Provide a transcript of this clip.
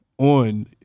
on